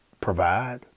provide